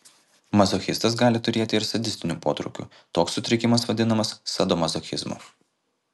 mazochistas gali turėti ir sadistinių potraukių toks sutrikimas vadinamas sadomazochizmu